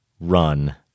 Run